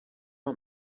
are